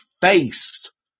face